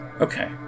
okay